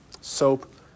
soap